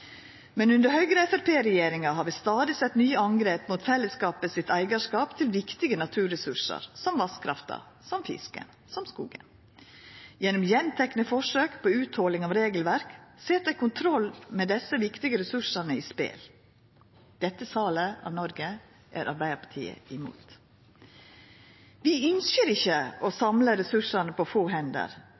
Men under Høgre–Framstegsparti-regjeringa har vi stadig sett nye angrep mot fellesskapet sitt eigarskap til viktige naturressursar, som vasskrafta, som fisken, som skogen. Gjennom gjentekne forsøk på utholing av regelverk set dei kontroll med desse viktige ressursane i spel. Dette salet av Noreg er Arbeidarpartiet imot. Vi ynskjer ikkje å samla ressursane på få hender,